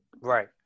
Right